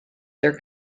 their